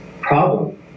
problem